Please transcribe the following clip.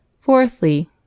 Fourthly